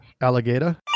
alligator